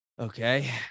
Okay